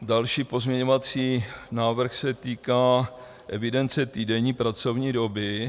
Další pozměňovací návrh se týká evidence týdenní pracovní doby.